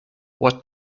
what